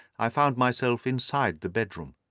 i found myself inside the bedroom.